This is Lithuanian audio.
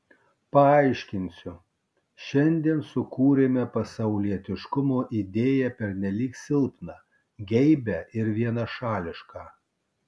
paaiškinsiu šiandien sukūrėme pasaulietiškumo idėją pernelyg silpną geibią ir vienašališką